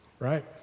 right